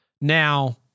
Now